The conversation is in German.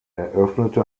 eröffnete